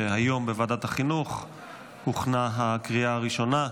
שהיום בוועדת החינוך הוכנה הקריאה הראשונה,